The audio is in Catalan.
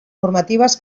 normatives